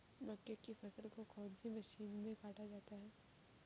मक्के की फसल को कौन सी मशीन से काटा जाता है?